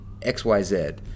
XYZ